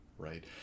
Right